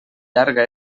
llarga